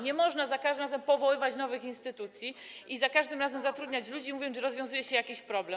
Nie można za każdym razem powoływać nowych instytucji i za każdym razem zatrudniać ludzi, mówiąc, że rozwiązuje się jakiś problem.